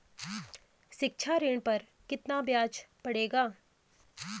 शिक्षा ऋण पर कितना ब्याज पड़ेगा?